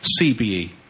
CBE